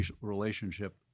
relationship